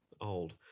old